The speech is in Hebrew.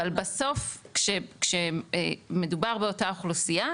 אבל בסוף כשמדובר באותה אוכלוסייה,